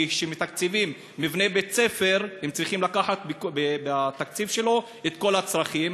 כי כשמתקצבים מבנה בית-ספר הם צריכים לשים בתקציב שלו את כל הצרכים.